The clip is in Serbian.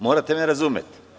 Morate me razumeti.